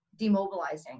demobilizing